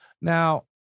now